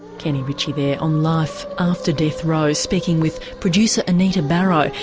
kenny richey there, on life after death row, speaking with producer anita barraud.